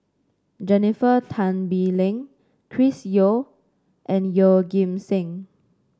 Jennifer Tan Bee Leng Chris Yeo and Yeoh Ghim Seng